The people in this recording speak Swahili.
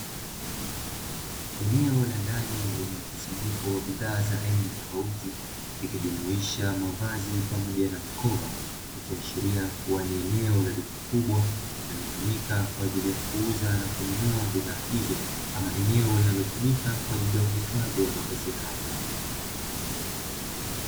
Eneo la ndani lenye mkusanyiko wa bidhaa za aina tofauti ikijumuisha mavazi pamoja na mikoba inayoashiria kuwa ni eneo la duka kubwa linalotumika kwa ajili ya kuuza na kununua bidhaa hizo ama eneo linalotumika kwa ajili ya uhifadhi wa mavazi hayo.